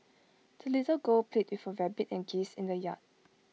the little girl played with her rabbit and geese in the yard